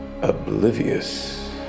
oblivious